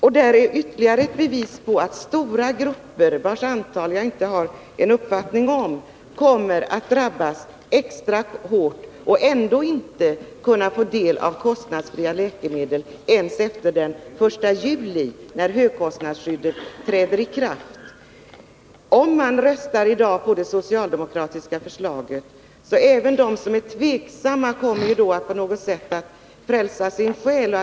Vi har här ytterligare ett bevis för att stora grupper — vilkas antal jag inte har en uppfattning om — kommer att drabbas extra hårt och ändå inte kunna få del av kostnadsfria läkemedel ens efter den 1 juli, när högkostnadsskyddet träder i kraft. Om man i dag röstar på det socialdemokratiska förslaget kommer även de tveksamma att på något sätt frälsa sin själ.